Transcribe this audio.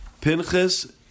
Pinchas